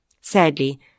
Sadly